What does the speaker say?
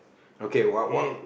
okay what what